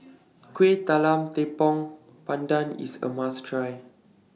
Kueh Talam Tepong Pandan IS A must Try